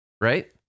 right